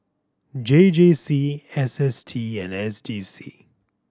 J J C S S T and S D C